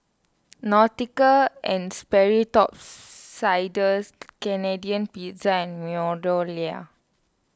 Nautica and Sperry Top Siders Canadian Pizza and MeadowLea